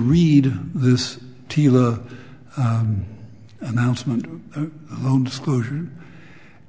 read this announcement on disclosure